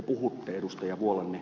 te puhutte ed